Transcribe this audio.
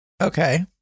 okay